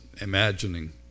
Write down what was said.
imagining